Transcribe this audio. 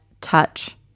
touch